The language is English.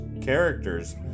characters